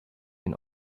den